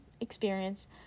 experience